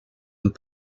and